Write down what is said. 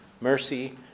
Mercy